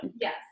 Yes